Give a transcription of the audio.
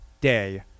day